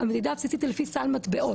אבל המדידה הבסיסית היא לפי סל מטבעות,